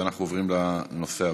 ואנחנו עוברים לנושא הבא.